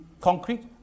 concrete